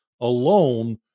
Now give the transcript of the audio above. alone